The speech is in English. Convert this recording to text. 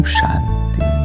Shanti